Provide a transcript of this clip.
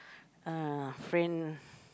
uh friend